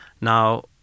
Now